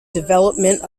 development